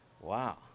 Wow